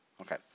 Okay